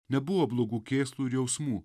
nebuvo blogų kėslų ir jausmų